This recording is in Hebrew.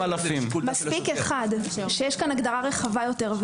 מספיק אחד כשיש כאן הגדרה רחבה יותר,